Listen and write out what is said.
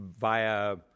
via